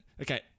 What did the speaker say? Okay